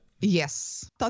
Yes